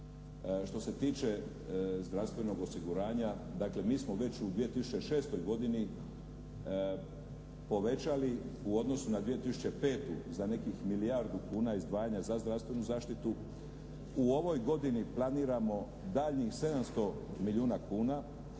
Što se tiče zdravstvenog osiguranja, dakle mi smo već u 2006. godini povećali u odnosu na 2005. za nekih milijardu kuna izdvajanja za zdravstvenu zaštitu. U ovoj godini planiramo daljnjih 700 milijuna kuna,